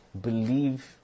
believe